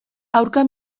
aurka